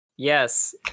yes